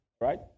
Right